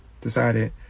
decided